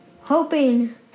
hoping